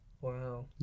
Wow